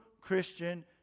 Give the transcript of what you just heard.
Christian